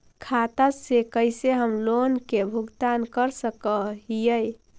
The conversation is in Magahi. खाता से कैसे हम लोन के भुगतान कर सक हिय?